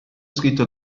scritto